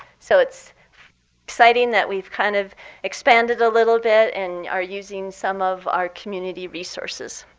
so it's exciting that we've kind of expanded a little bit and are using some of our community resources.